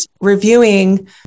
reviewing